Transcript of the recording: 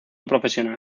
profesional